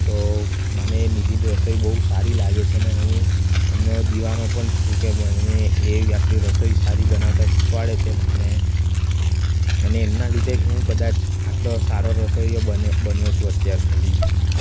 તો મને નિધિની રસોઈ બહુ સારી લાગે છે અને હું એમનો દીવાનો પણ છું કે મને એ આટલી રસોઈ સારી બનાવતા શિખવાડે છે ને અને એમના લીધે જ હું કદાચ આટલો સારો રસોઈયો બન્યો છું અત્યાર સુધી